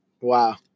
Wow